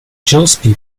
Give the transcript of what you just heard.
gillespie